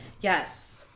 Yes